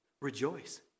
Rejoice